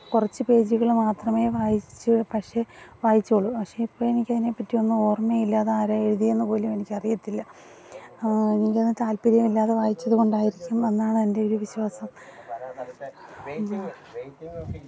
കുറച്ച് പേജുകൾ മാത്രമേ വായിച്ച് പക്ഷെ വായിച്ചുള്ളു പക്ഷെ ഇപ്പം എനിക്കതിനെപ്പറ്റി ഒന്നും ഓര്മ്മയില്ല അതാരാണ് എഴുതിയതെന്നുപോലും എനിക്കറിയത്തില്ല എനിക്കത് താല്പ്പര്യമില്ലാതെ വായിച്ചത് കൊണ്ടായിരിക്കും എന്നാണ് എന്റെ ഒരു വിശ്വാസം